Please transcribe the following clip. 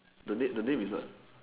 the name is what